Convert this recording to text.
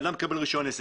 הבן אדם מקבל רישיון עסק.